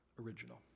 original